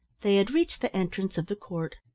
they had reached the entrance of the court.